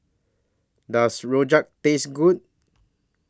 Does Rojak Taste Good